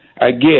Again